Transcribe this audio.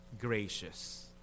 gracious